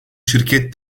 şirket